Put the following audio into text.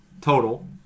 total